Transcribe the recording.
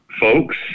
folks